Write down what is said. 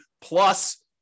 plus